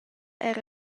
era